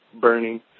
burning